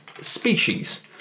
species